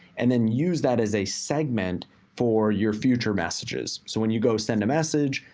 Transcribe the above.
and then use that as a segment for your future messages. so when you go send a message,